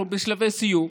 אנחנו בשלבי סיום,